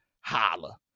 Holla